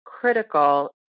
critical